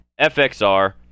FXR